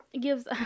Gives